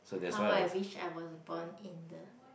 how I wish I was born in the